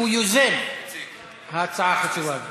שהוא יוזם ההצעה החשובה הזאת.